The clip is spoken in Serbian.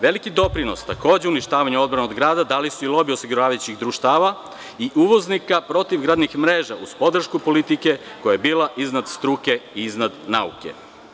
Veliki doprinos takođe u uništavanju odbrane od grada dali su i lobiji osiguravajućih društava i uvoznika protivgradnih raketa, uz podršku politike koja je bila iznad struke i iznad nauke.